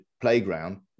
playground